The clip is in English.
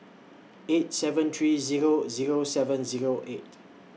eight seven three Zero Zero seven Zero eight